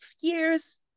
years